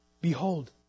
Behold